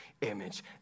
image